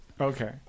Okay